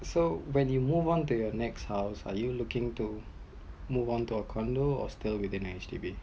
so when you move on to your next house are you looking to move on to a condo or still within the HDB